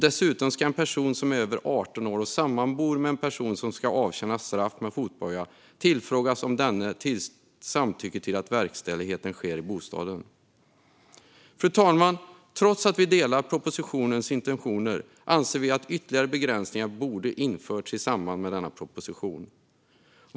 Dessutom ska en person som är över 18 år och sammanbor med en person som ska avtjäna straff med fotboja tillfrågas om denne samtycker till att verkställigheten sker i bostaden. Fru talman! Trots att vi instämmer i intentionerna i propositionen anser vi att ytterligare begränsningar borde införas i samband med det som föreslås i denna proposition.